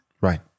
Right